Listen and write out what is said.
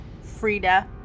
Frida